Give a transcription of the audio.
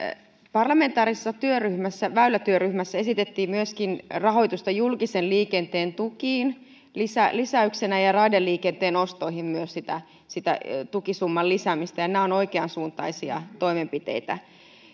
parlamentaarisessa väylätyöryhmässä esitettiin myöskin rahoitusta julkisen liikenteen tukiin lisäyksenä ja myös raideliikenteen ostoihin tukisumman lisäämistä nämä ovat oikeansuuntaisia toimenpiteitä